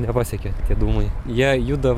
nepasiekia tie dūmai jie juda